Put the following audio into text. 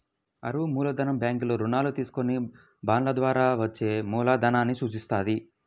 అరువు మూలధనం బ్యాంకుల్లో రుణాలు తీసుకొని బాండ్ల జారీ ద్వారా వచ్చే మూలధనాన్ని సూచిత్తది